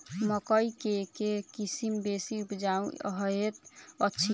मकई केँ के किसिम बेसी उपजाउ हएत अछि?